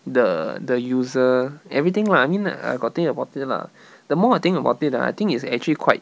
the the user everything lah I mean I got think about it lah the more I think about it ah I think it's actually quite